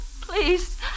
please